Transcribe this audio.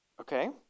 Okay